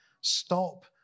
Stop